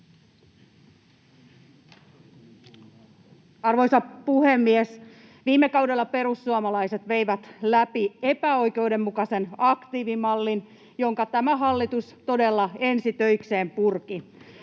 Arvoisa puhemies! Viime kaudella perussuomalaiset veivät läpi epäoikeudenmukaisen aktiivimallin, jonka tämä hallitus todella ensi töikseen purki.